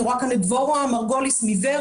אני רואה כאן את דבורה מרגוליס מוו"רה,